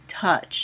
touch